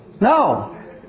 No